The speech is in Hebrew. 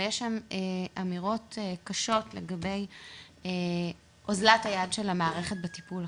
ויש שם אמירות קשות לגבי אוזלת היד של המערכת בטיפול.